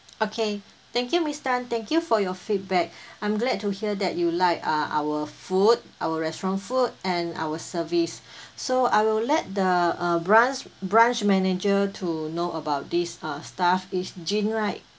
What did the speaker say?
okay thank you miss tan thank you for your feedback I'm glad to hear that you like uh our food our restaurant food and our service so I will let the uh branch branch manager to know about this uh staff it's gene right